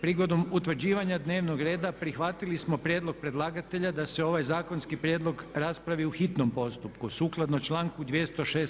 Prigodom utvrđivanja dnevnog reda prihvatili smo prijedlog predlagatelja da se ovaj zakonski prijedlog raspravi u hitnom postupku sukladno članku 206.